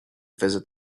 visit